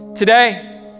Today